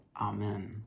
amen